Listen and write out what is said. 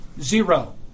Zero